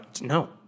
no